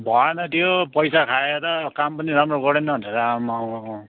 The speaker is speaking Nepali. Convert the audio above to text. भएन त्यो पैसा खाएर काम पनि राम्रो गरेन भनेर आम्मामाम